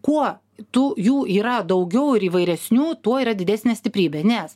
kuo tu jų yra daugiau ir įvairesnių tuo yra didesnė stiprybė nes